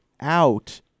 out